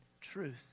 truth